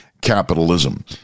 capitalism